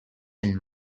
and